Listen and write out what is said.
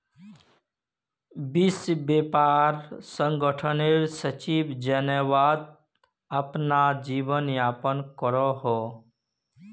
विश्व व्यापार संगठनेर सचिव जेनेवात अपना जीवन यापन करोहो